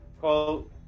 call